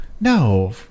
No